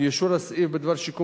אני סבור כי אישור הסעיף בדבר שיקום